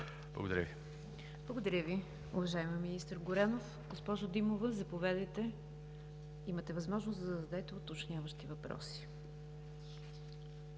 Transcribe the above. НИГЯР ДЖАФЕР: Благодаря Ви, уважаеми министър Горанов. Госпожо Димова, заповядайте – имате възможност да зададете уточняващи въпроси.